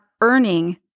earning